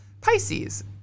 Pisces